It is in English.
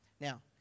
Now